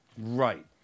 right